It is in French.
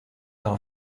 leur